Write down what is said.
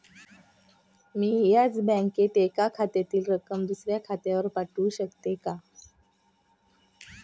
मी याच बँकेत एका खात्यातील रक्कम दुसऱ्या खात्यावर पाठवू शकते का?